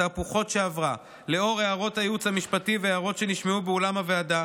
התהפוכות שעברה לאור הערות הייעוץ המשפטי והערות שנשמעו באולם הוועדה,